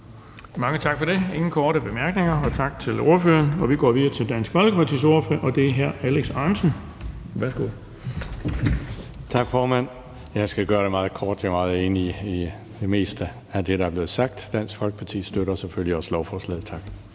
Mange tak for det. Der er ingen korte bemærkninger, så tak til ordføreren. Vi går videre til Dansk Folkepartis ordfører, det er hr. Alex Ahrendtsen. Værsgo. Kl. 14:56 (Ordfører) Alex Ahrendtsen (DF): Tak, formand. Jeg skal gøre det meget kort. Jeg er meget enig i det meste af det, der er blevet sagt. Dansk Folkeparti støtter selvfølgelig også lovforslaget. Tak.